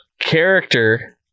Character